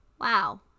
wow